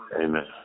amen